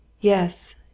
Yes